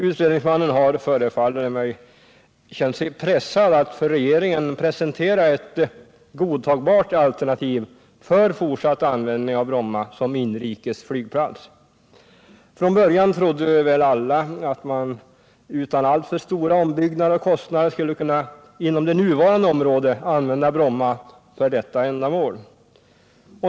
Utredningsmannen har, förefaller det mig, känt sig pressad att för regeringen presentera ett godtagbart alternativ för fortsatt användning av Bromma som inrikesflygplats. Från början trodde väl alla att man utan alltför stora ombyggnader och kostnader skulle kunna inom det nuvarande området använda Bromma för detta ändamål.